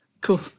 cool